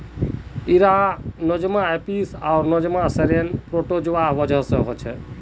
इरा nosema apis आर nosema ceranae protozoa वजह से होछे